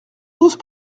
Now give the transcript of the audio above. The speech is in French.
tous